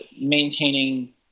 maintaining